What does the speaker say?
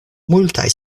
multaj